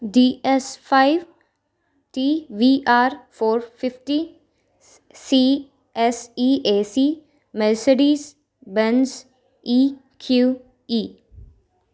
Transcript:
DS five TVR four fifty CSEAC Mercedes Benz EQE